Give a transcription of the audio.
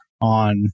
on